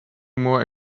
more